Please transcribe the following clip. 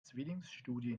zwillingsstudie